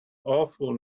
awful